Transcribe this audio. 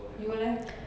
you leh